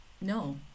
no